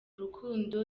rukundo